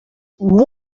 what